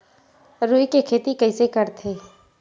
रुई के खेती कइसे करथे?